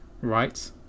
right